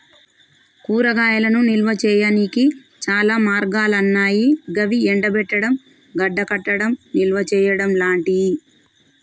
కూరగాయలను నిల్వ చేయనీకి చాలా మార్గాలన్నాయి గవి ఎండబెట్టడం, గడ్డకట్టడం, నిల్వచేయడం లాంటియి